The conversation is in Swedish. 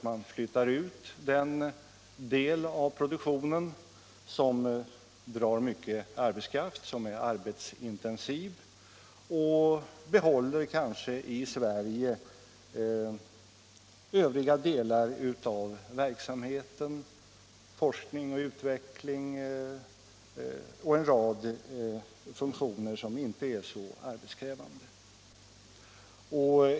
Man flyttar ut den del av produktionen som drar mycket arbetskraft, som är arbetsintensiv, och behåller kanske i Sverige forskning och utveckling samt en rad funktioner som inte är så arbetskrävande.